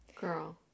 Girl